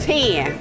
Ten